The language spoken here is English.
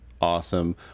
awesome